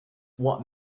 what